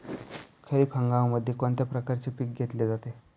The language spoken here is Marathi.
खरीप हंगामामध्ये कोणत्या प्रकारचे पीक घेतले जाते?